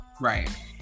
Right